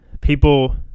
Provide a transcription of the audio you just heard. people